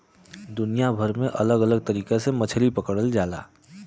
दुनिया भर में अलग अलग तरीका से मछरी पकड़ल जाला